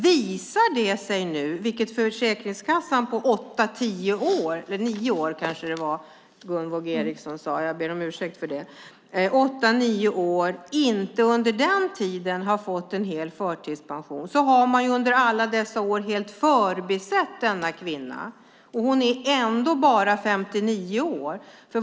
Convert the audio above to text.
Har Försäkringskassan inte på åtta nio år gett en hel förtidspension har man under alla dessa år förbisett denna kvinna, och hon är ändå bara 59 år.